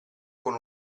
con